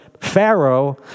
Pharaoh